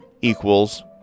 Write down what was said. equals